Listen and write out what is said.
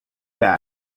that